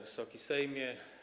Wysoki Sejmie!